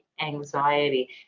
anxiety